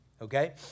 okay